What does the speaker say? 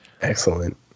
Excellent